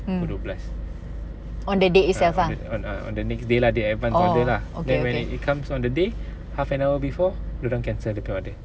pukul dua belas ah on the next day lah they advance order lah then when it comes on the day half an hour before dia orang cancel dia punya order